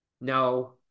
No